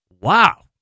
Wow